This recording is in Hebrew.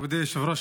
מכובדי היושב-ראש,